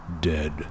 dead